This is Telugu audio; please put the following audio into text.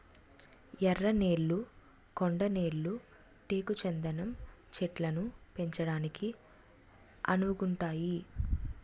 ఎర్ర నేళ్లు కొండ నేళ్లు టేకు చందనం చెట్లను పెంచడానికి అనువుగుంతాయి